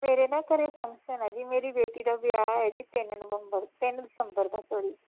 ਮੇਰੇ ਨਾ ਘਰ ਫੰਕਸ਼ਨ ਹੈ ਜੀ ਮੇਰੀ ਬੇਟੀ ਦਾ ਵਿਆਹ ਹੈ ਜੀ ਤਿੰਨ ਨਵੰਬਰ ਤਿੰਨ ਦਸੰਬਰ ਦਾ ਸੋਰੀ